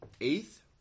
eighth